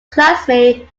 classmate